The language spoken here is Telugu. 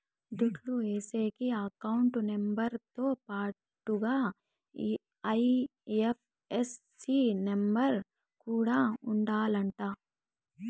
దుడ్లు ఏసేకి అకౌంట్ నెంబర్ తో పాటుగా ఐ.ఎఫ్.ఎస్.సి నెంబర్ కూడా ఉండాలంట